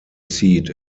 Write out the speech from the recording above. seat